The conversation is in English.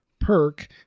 perk